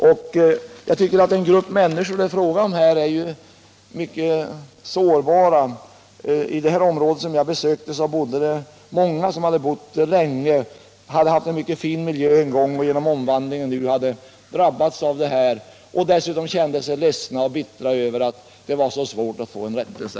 De människor som berörs i detta sammanhang är ofta mycket sårbara. I det område som jag besökte fanns många som hade bott där länge. De hade en gång haft en mycket fin miljö och hade nu drabbats genom den omflyttning som skett. Dessutom kände de sig ledsna och bittra över att det var så svårt att få rättelse.